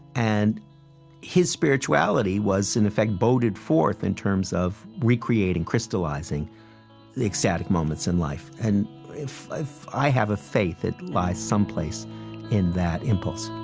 and his spirituality was, in effect, boded forth in terms of recreating, crystallizing the ecstatic moments in life. and if i have a faith, it lies someplace in that impulse